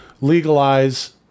legalize